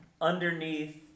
underneath